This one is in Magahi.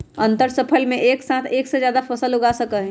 अंतरफसल में एक साथ एक से जादा फसल उगा सका हई